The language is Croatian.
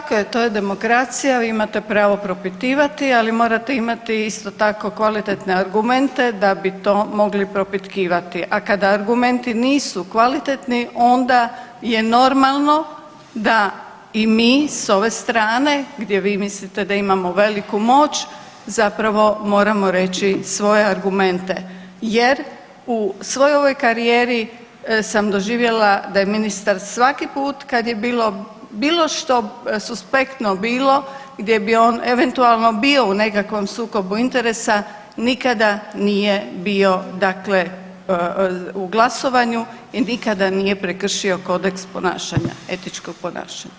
Tako je, to je demokracija vi imate pravo propitivati, ali morate imati isto tako kvalitetne argumente da bi to mogli propitkivati, a kada argumenti nisu kvalitetni onda je normalno da i mi s ove strane, gdje vi mislite da imamo veliku moć zapravo moramo reći svoje argumente jer u svoj ovoj karijeri sam doživjela da je ministar svaki put kad je bilo što suspektno bilo gdje bi on eventualno bio u nekakvom sukobu interesa, nikada nije bio dakle u glasovanju i nikada nije prekršio kodeks etičkog ponašanja.